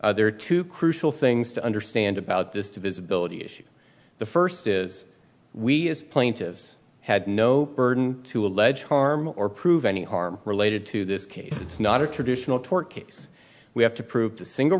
here there are two crucial things to understand about this to visibility issue the first is we as plaintiffs had no burden to allege harm or prove any harm related to this case it's not a traditional tort case we have to prove the single